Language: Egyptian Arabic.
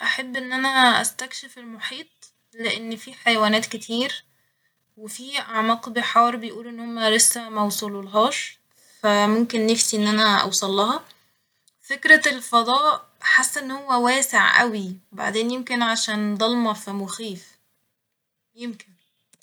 أحب إن أنا أستكشف المحيط لإن فيه حيوانات كتير وفيه أعماق بحار بيقولوا ان هما لسه موصولهاش ، فممكن نفسي إن أنا أوصلها ، فكرة الفضاء حاسه إن هو واسع اوي ، وبعدين يمكن عشان ضلمة فمخيف ، يمكن.